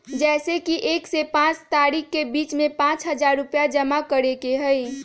जैसे कि एक से पाँच तारीक के बीज में पाँच हजार रुपया जमा करेके ही हैई?